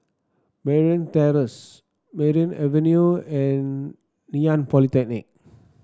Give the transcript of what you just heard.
Merryn Terrace Merryn Avenue and Ngee Ann Polytechnic